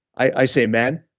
i say, men,